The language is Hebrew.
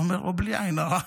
הוא אומר לו: בלי עין הרע.